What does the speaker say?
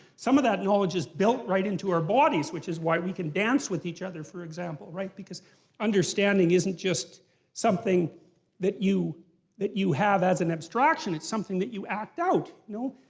some of that knowledge is built right into our bodies. which is why we can dance with each other for example, right? because understanding isn't just something that you that you have as an abstraction, it's something that you act out, you know?